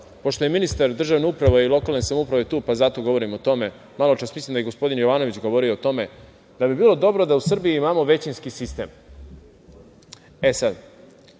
pošto je ministar državne uprave i lokalne samouprave tu, zato govorim o tome, malo čas mislim da je gospodin Jovanović govorio o tome, da bi bilo dobro da u Srbiji imamo većinski sistem.